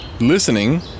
listening